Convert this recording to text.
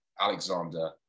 Alexander